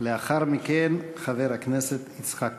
לאחר מכן, חבר הכנסת יצחק כהן.